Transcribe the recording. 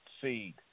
seed